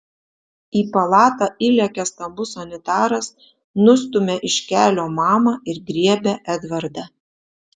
į palatą įlekia stambus sanitaras nustumia iš kelio mamą ir griebia edvardą